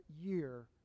year